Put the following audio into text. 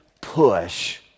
push